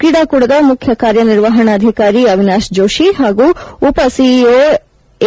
ಕ್ರೀಡಾಕೂಟದ ಮುಖ್ಯ ನಿರ್ವಹಣಾಧಿಕಾರಿ ಅವಿನಾಶ್ ಜೋಶಿ ಹಾಗೂ ಉಪ ಸಿಇಓ ಎ